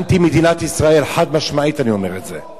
אנטי מדינת ישראל, חד-משמעית אני אומר את זה.